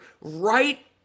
right